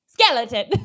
skeleton